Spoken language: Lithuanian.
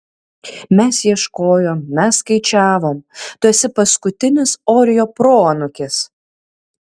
mes ieškojom mes skaičiavom tu esi paskutinis orio proanūkis